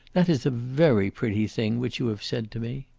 that is a very pretty thing which you have said to me.